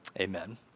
amen